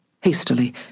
Hastily